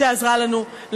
שעזרה לנו,